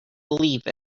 believe